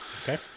Okay